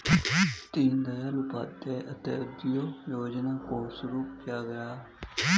दीनदयाल उपाध्याय अंत्योदय योजना को क्यों शुरू किया गया?